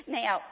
now